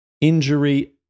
injury